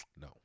No